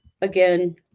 again